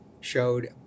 showed